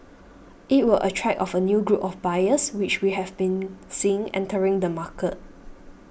it will attract of a new group of buyers which we have been seeing entering the market